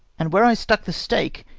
and where i stuck the stake,